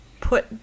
put